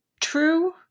true